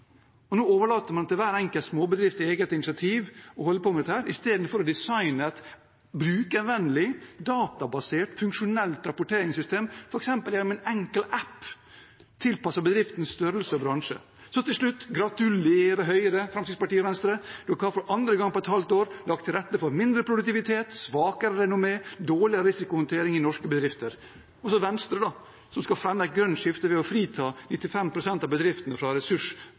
Nå overlater man til hver enkelt småbedrifts eget initiativ å holde på med dette i stedet for å designe et brukervennlig, databasert og funksjonelt rapporteringssystem, f.eks. en enkel app tilpasset bedriftens størrelse og bransje. Så til slutt: Gratulerer til Høyre, Fremskrittspartiet og Venstre, som for andre gang på et halvt år har lagt til rette for mindre produktivitet, svakere renommé og dårligere risikohåndtering i norske bedrifter! Og så Venstre, da, som skal fremme et grønt skifte ved å frita 95 pst. av bedriftene